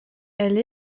elle